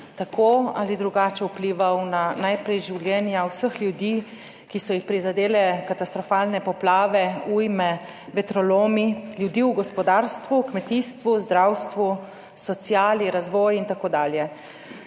tako ali drugače vplival najprej na življenja vseh ljudi, ki so jih prizadele katastrofalne poplave, ujme, vetrolomi, ljudi v gospodarstvu, kmetijstvu, zdravstvu, sociali, na razvoj in tako dalje.